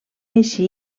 així